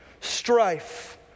strife